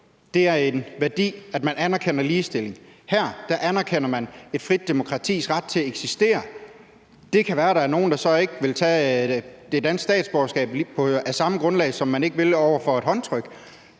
det er en værdi, at man anerkender ligestilling. Her anerkender man et frit demokratis ret til at eksistere. Det kan være, der er nogle, der så ikke vil tage det danske statsborgerskab af samme grund, som man ikke vil på grund af et håndtryk.